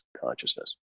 consciousness